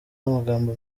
amagambo